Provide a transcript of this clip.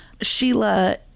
Sheila